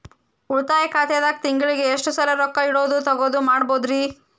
ಉಳಿತಾಯ ಖಾತೆದಾಗ ತಿಂಗಳಿಗೆ ಎಷ್ಟ ಸಲ ರೊಕ್ಕ ಇಡೋದು, ತಗ್ಯೊದು ಮಾಡಬಹುದ್ರಿ?